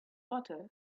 butter